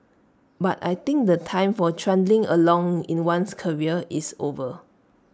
but I think the time for trundling along in one's career is over